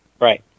Right